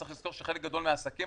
צריך לזכור שחלק גדול מהעסקים,